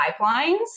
pipelines